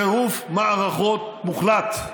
טירוף מערכות מוחלט.